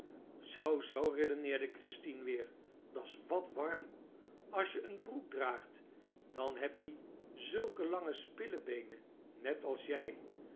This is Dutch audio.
zoo z redeneerde christien weer da's wat warrem as je n broek draagt dan heb ie zulleke lange spillebeene net as jij